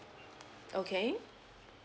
okay